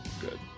good